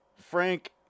Frank